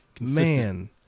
Man